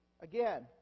again